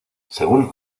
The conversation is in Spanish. según